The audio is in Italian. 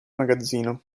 magazzino